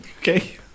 Okay